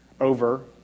over